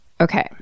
Okay